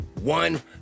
one